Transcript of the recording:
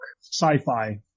sci-fi